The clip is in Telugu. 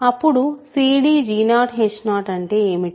అప్పుడు cdg0h0 అంటే ఏమిటి